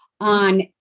on